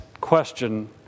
question